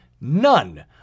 none